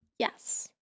Yes